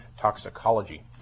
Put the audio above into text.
toxicology